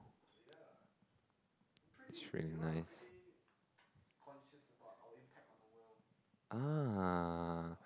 that's really nice